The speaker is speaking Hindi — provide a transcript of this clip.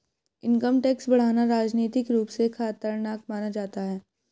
इनकम टैक्स बढ़ाना राजनीतिक रूप से खतरनाक माना जाता है